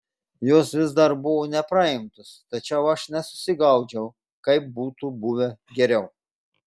jos vis dar buvo nepraimtos tačiau aš nesusigaudžiau kaip būtų buvę geriau